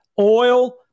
oil